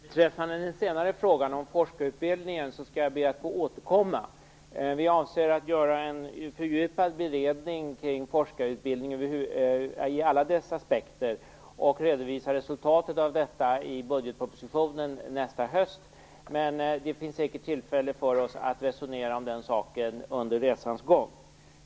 Fru talman! Beträffande den senare frågan, om forskarutbildningen, skall jag be att få återkomma. Vi avser att göra en fördjupad beredning kring forskarbildningen i alla dess aspekter och redovisa resultatet av detta i budgetpropositionen nästa höst, men det finns säkerligen tillfälle för oss att resonera om den saken under resans gång.